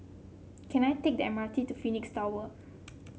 can I take the M R T to Phoenix Tower